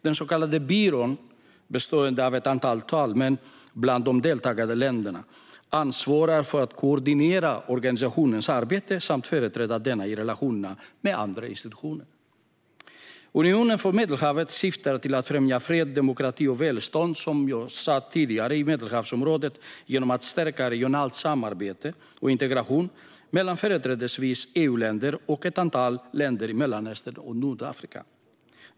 Den så kallade byrån, bestående av ett antal talmän bland de deltagande länderna, ansvarar för att koordinera organisationens arbete samt företräda denna i relationerna med andra institutioner. Unionen för Medelhavet syftar till att främja fred, demokrati och välstånd i Medelhavsområdet, som jag sa tidigare, genom att stärka regionalt samarbete och integration mellan företrädesvis EU-länder och ett antal länder i Mellanöstern och Nordafrika.